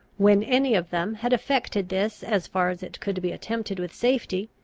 when any of them had effected this as far as it could be attempted with safety,